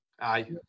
Aye